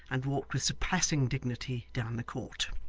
and walked with surpassing dignity down the court.